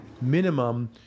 minimum